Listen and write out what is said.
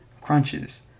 crunches